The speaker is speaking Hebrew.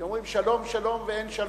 כי אומרים: שלום שלום ואין שלום.